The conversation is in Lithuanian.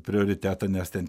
prioritetą nes ten